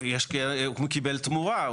הוא קיבל תמורה.